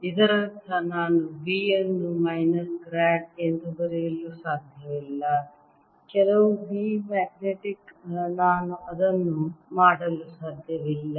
ಇದರರ್ಥ ನಾನು B ಅನ್ನು ಮೈನಸ್ ಗ್ರಾಡ್ ಎಂದು ಬರೆಯಲು ಸಾಧ್ಯವಿಲ್ಲ ಕೆಲವು V ಮ್ಯಾಗ್ನೆಟಿಕ್ ನಾನು ಅದನ್ನು ಮಾಡಲು ಸಾಧ್ಯವಿಲ್ಲ